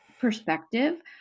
perspective